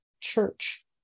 church